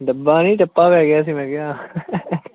ਡੱਬਾ ਨੀ ਡੱਪਾ ਪੈ ਗਿਆ ਸੀ ਮੈਂਖਿਆ